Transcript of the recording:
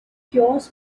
cures